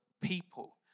people